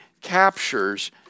captures